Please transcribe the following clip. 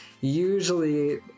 usually